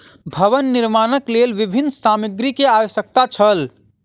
भवन निर्माणक लेल विभिन्न सामग्री के आवश्यकता छल